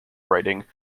writing